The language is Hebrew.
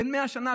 בן 100 שנה,